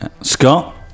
scott